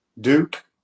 Duke